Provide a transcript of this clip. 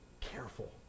careful